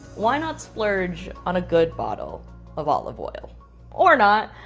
why not splurge on a good bottle of olive oil or not,